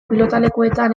pilotalekuetan